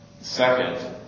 second